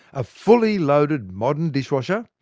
a fully loaded modern dishwasher,